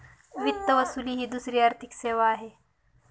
वित्त वसुली ही दुसरी आर्थिक सेवा आहे